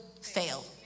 fail